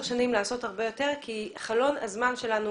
שנים לעשות הרבה יותר כי חלון הזמן שלנו